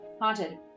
haunted